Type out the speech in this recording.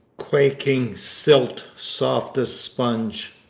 quaking silt soft as sponge,